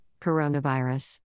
coronavirus